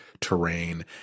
terrain